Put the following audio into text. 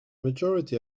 majority